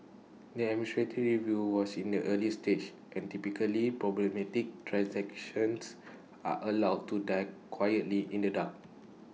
the administrative review was in the early stages and typically problematic transactions are allowed to die quietly in the dark